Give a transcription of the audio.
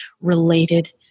related